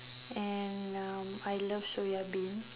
and uh I love soya bean